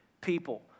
people